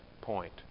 point